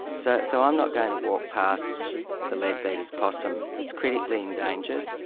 so so i'm not going to walk past the leadbeater's possum, it's critically endangered.